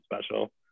special